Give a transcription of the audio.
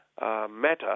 matter